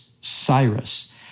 Cyrus